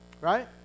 Right